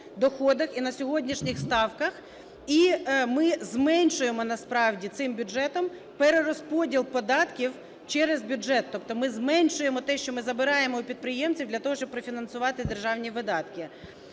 доходах і на сьогоднішніх ставках. І ми зменшуємо насправді цим бюджетом перерозподіл податків через бюджет, тобто ми зменшуємо те, що ми забираємо у підприємців для того, щоб профінансувати державні видатки.